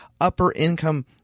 upper-income